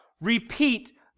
Repeat